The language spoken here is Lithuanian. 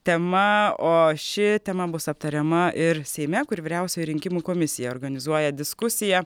tema o ši tema bus aptariama ir seime kur vyriausioji rinkimų komisija organizuoja diskusiją